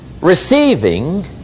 Receiving